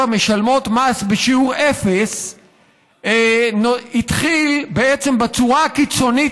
משלמות מס בשיעור אפס התחיל בעצם בצורה הקיצונית